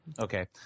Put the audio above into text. Okay